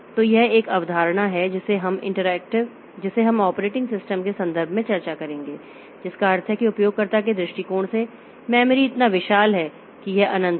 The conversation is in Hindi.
तो यह एक और अवधारणा है जिसे हम इस ऑपरेटिंग सिस्टम के संदर्भ में चर्चा करेंगे जिसका अर्थ है कि उपयोगकर्ताओं के दृष्टिकोण से मेमोरी इतना विशाल है कि यह अनंत है